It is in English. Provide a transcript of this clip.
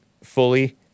fully